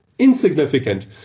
Insignificant